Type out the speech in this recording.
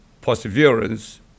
perseverance